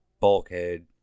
bulkhead